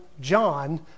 John